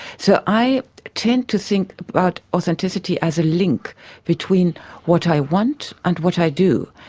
so i tend to think about authenticity as a link between what i want and what i do.